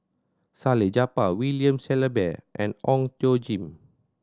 Salleh Japar William Shellabear and Ong Tjoe Kim